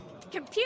Computer